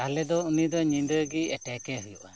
ᱛᱟᱦᱚᱞᱮ ᱫᱚ ᱩᱱᱤ ᱫᱚ ᱧᱤᱫᱟᱹ ᱜᱮ ᱮᱴᱮᱠᱮ ᱦᱩᱭᱩᱜᱼᱟ ᱟᱫᱚ